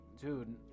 dude